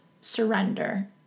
surrender